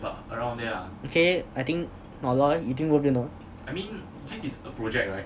okay I think like overall you think worth it not